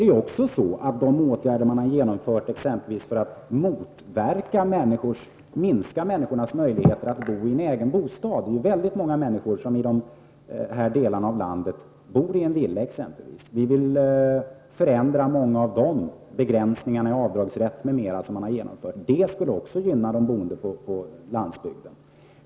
Det har vidtagits åtgärder som har minskat människors möjligheter att bo i en egen bostad — det är nämligen väldigt många människor i dessa delar av landet som bor i t.ex. en villa. Vi vill förändra många av begränsningarna i fråga om avdragsrätt, m.m. som har genomförts. Även det skulle gynna de boende på landsbygden.